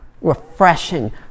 Refreshing